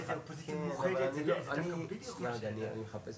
לכן אני אומר שאני עדיין שם את מבטחי,